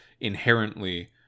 inherently